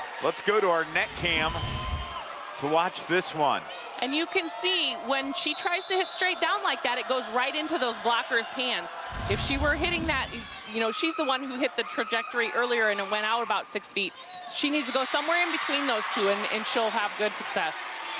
let's go to our net cam to watch this one and you can see when she tries to hit straight down like that, it goes right into those blockers' hands if she were hitting that and you know, she's the one who hit the trajectory earlier and it went out about six feet she knows to go somewhere in between those two, and and she'll have good success.